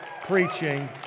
preaching